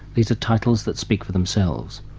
these are titles that speak for themselves.